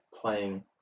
playing